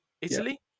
Italy